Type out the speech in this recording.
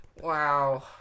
Wow